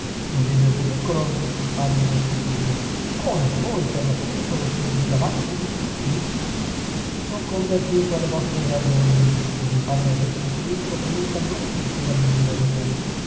non vedo il ridicolo disse il padre restituto come voi per l'appunto che gridavate più di tutti mi son convertito alle vostre ragioni rispose il padre restituto con un candore che sapeva d'ironia